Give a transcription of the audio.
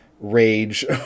rage